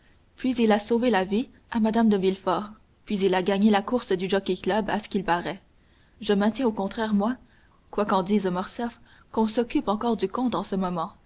puis il a sauvé la vie à mme de villefort puis il a gagné la course du jockey-club à ce qu'il paraît je maintiens au contraire moi quoi qu'en dise morcerf qu'on s'occupe encore du comte en ce moment